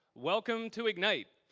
welcome to ignite.